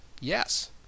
Yes